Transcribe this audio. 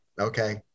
Okay